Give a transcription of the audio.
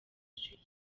ishuri